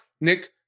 Nick